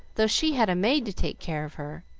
though she had a maid to take care of her.